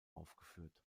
aufgeführt